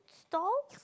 stall